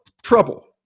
trouble